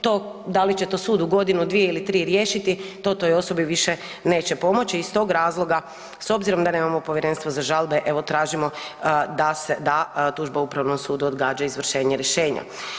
to da li će to sud u godinu, dvije ili tri riješiti to toj osobi neće pomoći iz tog razloga stoga s obzirom da nemamo povjerenstvo za žalbe evo tražimo da se, da tužba Upravnom sudu odgađa izvršenje rješenja.